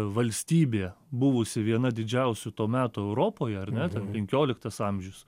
valstybė buvusi viena didžiausių to meto europoje ar ne ten penkioliktas amžius